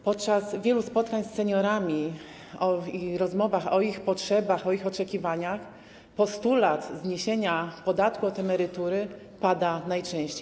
Podczas wielu spotkań z seniorami i rozmów o ich potrzebach, o ich oczekiwaniach postulat zniesienia podatku od emerytury pada najczęściej.